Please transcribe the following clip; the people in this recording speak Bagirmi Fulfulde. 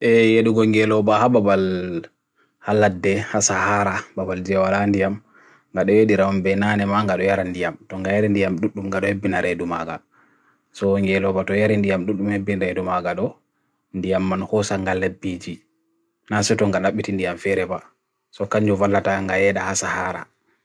E, yedu gongelobahababal halade hasa hara babal jawarandiyam Gade yedirawam benanem angadu yarandiyam Tonga yerendiyam dutumgadu ebinarey dumaga So, yedu gongelobatu yerendiyam dutumgadu ebinarey dumaga do Indiyam mankosa nga lebiji Nasutongadu abitindiyam fereba So, kanyu vanlata anga yeda hasa hara